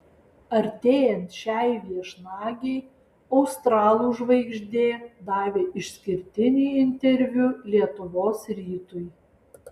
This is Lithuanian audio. artėjant šiai viešnagei australų žvaigždė davė išskirtinį interviu lietuvos rytui